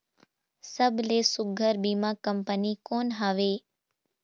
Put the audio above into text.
सबले सुघ्घर बीमा कंपनी कोन हवे?